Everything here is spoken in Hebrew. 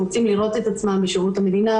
רוצים לראות את עצמם בשירות המדינה,